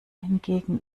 hingegen